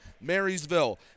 Marysville